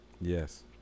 Yes